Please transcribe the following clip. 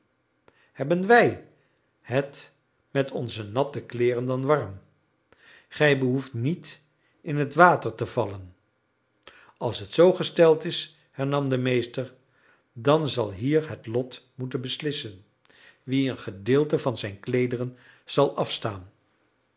hebben wij het met onze natte kleeren dan warm gij behoeft niet in het water te vallen als het zoo gesteld is hernam de meester dan zal hier het lot moeten beslissen wie een gedeelte van zijn kleederen zal afstaan